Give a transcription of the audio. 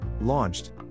Launched